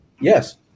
Yes